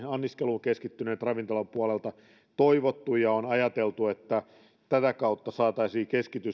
anniskeluun keskittyneiden ravintoloiden puolelta toivottu ja on ajateltu että tätä kautta saataisiin